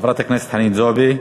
חברת הכנסת חנין זועבי,